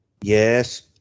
yes